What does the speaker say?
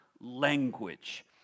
language